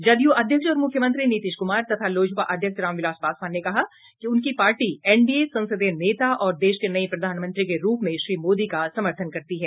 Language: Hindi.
जदयू अध्यक्ष और मुख्यमंत्री नीतीश कुमार तथा लोजपा अध्यक्ष रामविलास पासवान ने कहा कि उनकी पार्टी एनडीए संसदीय नेता और देश के नये प्रधानमंत्री के रूप में श्री मोदी का समर्थन करती है